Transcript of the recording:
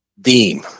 deem